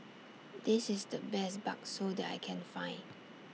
This IS The Best Bakso that I Can Find